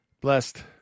blessed